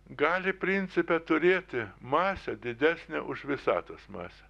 gali principe turėti masę didesnę už visatos masę